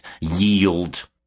yield